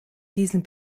diesen